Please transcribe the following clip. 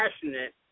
passionate